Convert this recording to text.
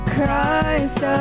Christ